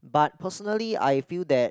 but personally I feel that